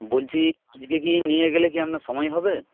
বলছি আজকে কি নিয়ে গেলে কি আপনার সময় হবে